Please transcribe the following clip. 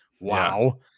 wow